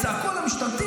וצעקו על המשתמטים,